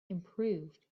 improved